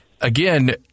again